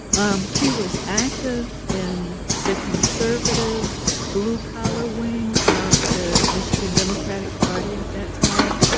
um he was active in the conservative, blue-collar wing of the michigan democratic party at that time.